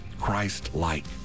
Christ-like